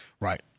Right